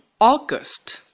August